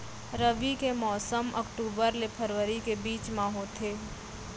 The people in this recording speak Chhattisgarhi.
रबी के मौसम अक्टूबर ले फरवरी के बीच मा होथे